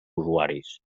usuaris